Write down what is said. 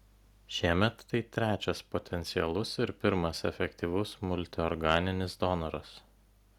šiemet tai trečias potencialus ir pirmas efektyvus multiorganinis donoras